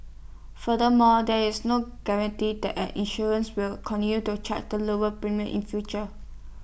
furthermore there is no guarantee that an insurance will continue to charge the lower premiums in future